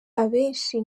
abenshi